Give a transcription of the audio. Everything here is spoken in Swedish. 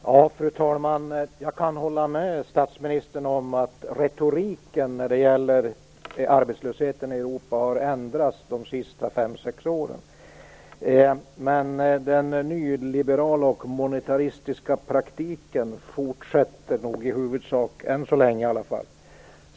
Fru talman! Jag kan hålla med statsministern om att retoriken när det gäller arbetslösheten i Europa har ändrats de sista fem sex åren, men den nyliberala och monetäristiska praktiken fortsätter än så länge, i varje fall.